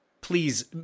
Please